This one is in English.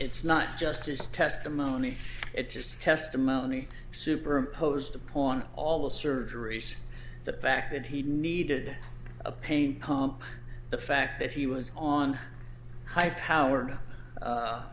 it's not just his testimony it's just testimony superimposed upon all the surgeries the fact that he needed a pain pump the fact that he was on high powered